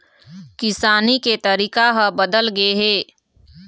किसानी के तरीका ह बदल गे हे